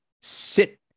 sit